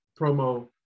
promo